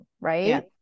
right